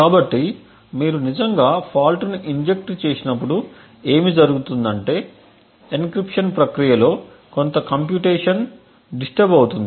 కాబట్టి మీరు నిజంగా ఫాల్ట్ ని ఇంజెక్ట్ చేసినప్పుడు ఏమి జరుగుతుంది అంటే ఎన్క్రిప్షన్ ప్రక్రియలో కొంత కంప్యూటేషన్ డిస్టర్బ్ అవుతుంది